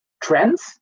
trends